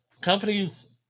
Companies